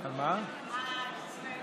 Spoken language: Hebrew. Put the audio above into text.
אז אני מבקש שכולם